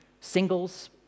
singles